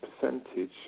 percentage